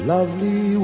Lovely